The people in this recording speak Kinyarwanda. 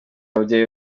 ababyeyi